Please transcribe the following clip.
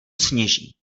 sněží